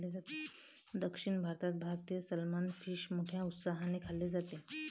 दक्षिण भारतात भारतीय सलमान फिश मोठ्या उत्साहाने खाल्ले जाते